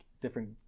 different